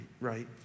right